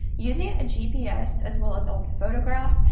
using a gps as well as old photographs,